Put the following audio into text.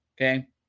okay